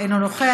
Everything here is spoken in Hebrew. אינו נוכח,